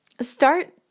start